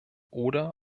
oder